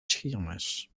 scheermes